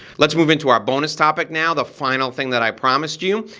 let's move into our bonus topic now. the final thing that i promised you,